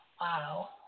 Wow